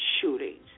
shootings